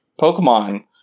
Pokemon